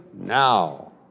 now